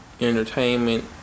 entertainment